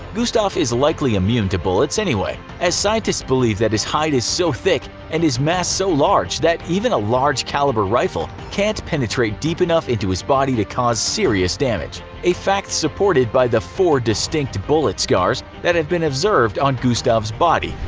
gustave is likely immune to bullets anyways, as scientists believe that his hide is so thick and his mass so large that even a large caliber rifle can't penetrate deep enough into his body to cause serious damage a fact supported by the four distinct bullet scars that have been observed on gustave's body.